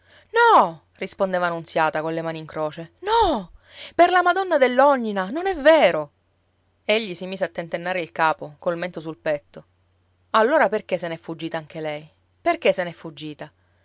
no rispondeva nunziata colle mani in croce no per la madonna dell'ognina non è vero egli si mise a tentennare il capo col mento sul petto allora perché se n'è fuggita anche lei perché se n'è fuggita